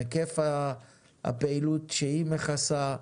היקף הפעילות שהיא מכסה,